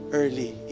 early